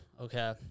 okay